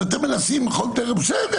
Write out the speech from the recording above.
ואתם מנסים בכל דרך בסדר,